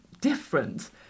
different